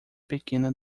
pequena